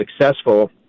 successful